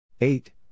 eight